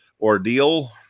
ordeal